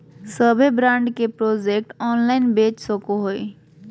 सभे ब्रांड के product online बेच सको हइ